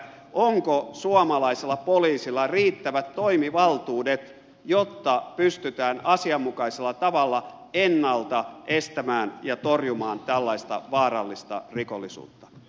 onko suomalaisella poliisilla riittävät toimivaltuudet jotta pystytään asianmukaisella tavalla ennalta estämään ja torjumaan tällaista vaarallista rikollisuutta